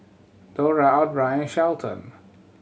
Dora Audra Shelton